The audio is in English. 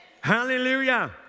Hallelujah